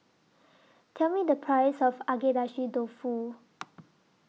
Tell Me The Price of Agedashi Dofu